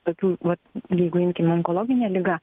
tokių vat jeigu imkime onkologinę ligą